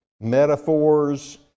metaphors